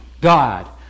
God